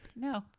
No